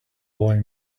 boy